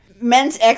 Men's